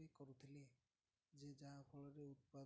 କରୁଥିଲି ଯେ ଯାହାଫଳରେ ଉତ୍ପାଦ